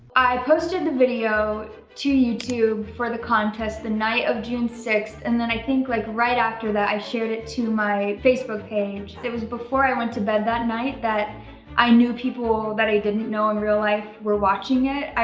i posted the video to youtube for the contest the night of june sixth and then i think like right after that, i shared it to my facebook page. it was before i went to bed that night that i knew people that i didn't know in real life were watching it.